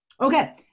Okay